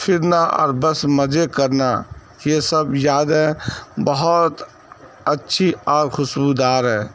پھرنا اور بس مزے کرنا یہ سب یادیں بہت اچھی اور خوشبودار ہے